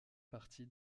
partie